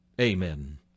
Amen